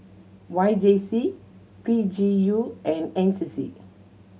Y J C P G U and N C C